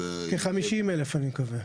כ-50,000 אני מקווה.